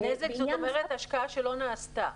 נזק, זאת אומרת, השקעה שלא נעשתה?